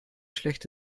schlecht